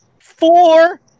Four